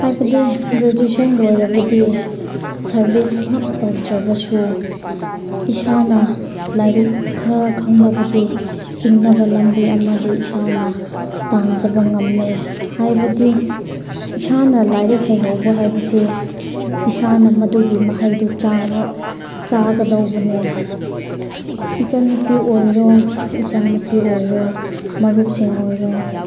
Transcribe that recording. ꯍꯥꯏꯕꯗꯤ ꯒ꯭꯭ꯔꯦꯖ꯭ꯋꯦꯁꯟ ꯂꯣꯏꯔꯕꯗꯤ ꯁꯔꯚꯤꯁꯃꯛ ꯇꯧꯗ꯭ꯔꯕꯁꯨ ꯏꯁꯥꯅ ꯂꯥꯏꯔꯤꯛ ꯈꯔ ꯈꯪꯂꯕꯗꯤ ꯍꯤꯡꯅꯕ ꯂꯝꯕꯤ ꯑꯃꯗꯤ ꯏꯁꯥꯅ ꯇꯥꯟꯖꯕ ꯉꯝꯃꯦ ꯍꯥꯏꯕꯗꯤ ꯏꯁꯥꯅ ꯂꯥꯏꯔꯤꯛ ꯍꯩꯍꯧꯕ ꯍꯥꯏꯕꯁꯦ ꯏꯁꯥꯅ ꯃꯗꯨꯒꯤ ꯃꯍꯩꯗꯣ ꯆꯥꯒꯗꯧꯕꯅꯦ ꯏꯆꯟꯅꯨꯄꯤ ꯑꯣꯏꯔꯣ ꯏꯆꯥꯅꯨꯄꯤ ꯑꯣꯏꯔꯣ ꯃꯔꯨꯞꯁꯤꯡ ꯑꯣꯏꯔꯣ